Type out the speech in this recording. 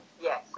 Yes